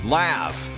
laugh